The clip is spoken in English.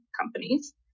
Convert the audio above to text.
companies